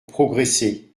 progresser